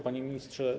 Panie Ministrze!